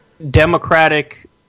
Democratic